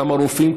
כמה רופאים,